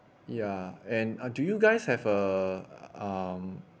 ya and uh do you guys have a um